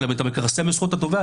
אבל כשאתה מכרסם בזכות התובע,